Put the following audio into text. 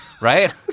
Right